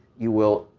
you will.